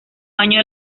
año